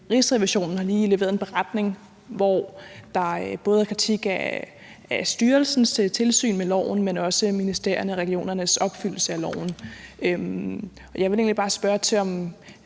Rigsrevisionen har lige leveret en beretning, hvor der både er kritik af styrelsens tilsyn med loven, men også ministeriernes og regionernes overholdelse af loven. Jeg vil egentlig bare spørge til, om